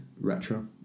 retro